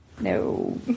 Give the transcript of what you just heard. No